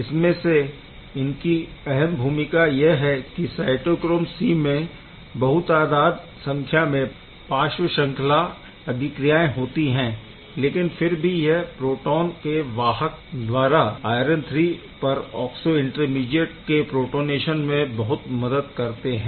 इस में से इनकी अहम भूमिका यह है की साइटोक्रोम C में बहुतादात संख्या में पार्श्व श्रंखला अभिक्रियाएं होती है लेकिन फिर भी यह प्रोटोन के वाहक द्वारा आयरन III परऑक्सो इंटरमीडीएट के प्रोटोनेशन में बहुत मदद करते हैं